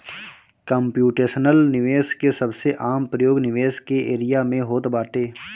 computational निवेश के सबसे आम प्रयोग निवेश के एरिया में होत बाटे